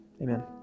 amen